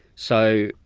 so,